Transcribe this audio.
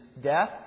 death